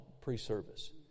pre-service